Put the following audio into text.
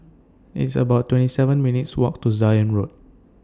It's about twenty seven minutes' Walk to Zion Road